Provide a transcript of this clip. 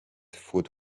food